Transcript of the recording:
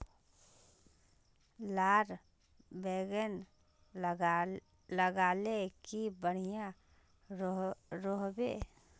लार बैगन लगाले की बढ़िया रोहबे?